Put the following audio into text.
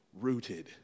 rooted